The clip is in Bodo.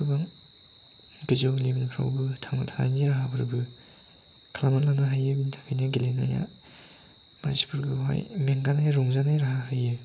गोबां गोजौ लेभेलफ्रावबो थांनो राहाफोरबो खालामना लानो हायो बेनि थाखायनो गेलेनाया मानसिफोरखौहाय मेंगानाय रंजानाय राहा होयो